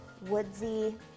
woodsy